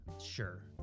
sure